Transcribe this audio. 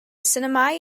sinemâu